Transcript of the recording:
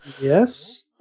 Yes